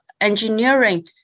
engineering